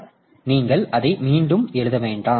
எனவே நீங்கள் அதை மீண்டும் எழுத வேண்டாம்